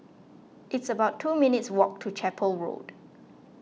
it's about two minutes' walk to Chapel Road